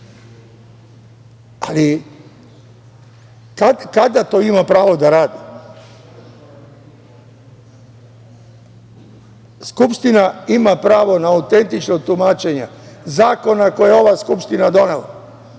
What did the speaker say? Ali, kada to ima pravo da radi? Skupština ima pravo na autentična tumačenja, zakona koje je ova Skupština donela.